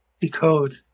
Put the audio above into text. decode